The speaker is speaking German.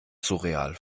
surreal